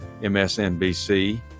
MSNBC